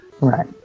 Right